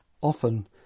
often